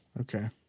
Okay